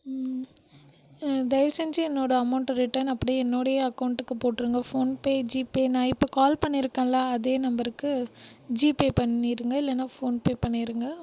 தயவு செஞ்சு என்னோட அமௌன்ட்டை ரிட்டன் அப்படியே என்னுடைய அக்கவுண்ட்டுக்கு போட்டிருங்க ஃபோன்பே ஜிபே நான் இப்போ கால் பண்ணியிருக்கேன்ல அதே நம்பருக்கு ஜிபே பண்ணிடுங்க இல்லைனா ஃபோன்பே பண்ணிடுங்க